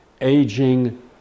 aging